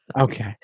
Okay